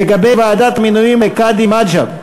לגבי ועדת המינויים לקאדים מד'הב: